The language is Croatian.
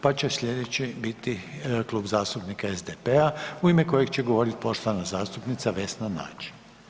Pa će sljedeći biti Klub zastupnika SDP-a u ime kojeg će govoriti poštovana zastupnica Vesna Nađ.